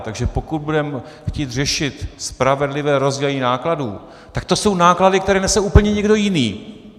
Takže pokud budeme chtít řešit spravedlivé rozdělení nákladů, tak to jsou náklady, které nese úplně někdo jiný.